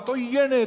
עוינת,